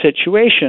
situation